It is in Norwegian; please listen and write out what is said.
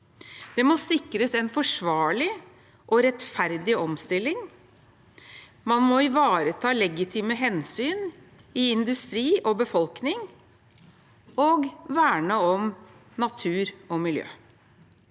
Det må sikres en forsvarlig og rettferdig omstilling. Man må ivareta legitime hensyn i industri og befolkning og verne om natur og miljø.